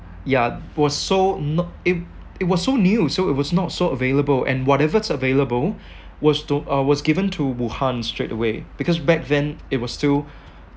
ya was so not it it was so new so it was not so available and whatever is available was to uh was given to wuhan straightaway because back then it was still